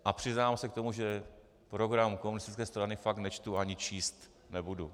A přiznám se k tomu, že program komunistické strany fakt nečtu ani číst nebudu.